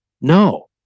No